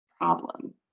problem